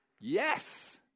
Yes